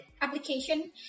application